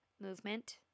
movement